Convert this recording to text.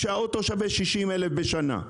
כשהאוטו שווה 60,000 ₪ בשנה.